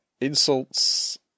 insults